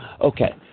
Okay